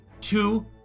two